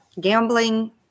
gambling